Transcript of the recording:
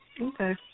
Okay